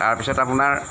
তাৰপিছত আপোনাৰ